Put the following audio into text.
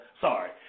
Sorry